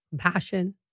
compassion